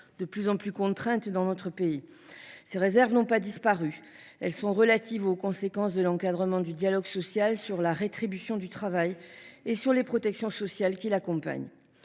de plus en plus contrainte dans notre pays. Ces réserves n’ont pas disparu. Elles sont liées aux conséquences de l’encadrement du dialogue social sur la rétribution du travail et sur les protections sociales qui l’accompagnent.